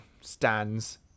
stands